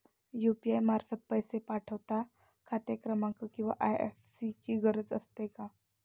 UPI मार्फत पैसे पाठवता खाते क्रमांक किंवा आय.एफ.एस.सी ची गरज असते का?